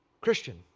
Christian